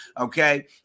okay